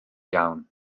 iawn